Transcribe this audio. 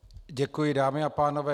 Děkuji, dámy a pánové.